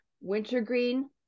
wintergreen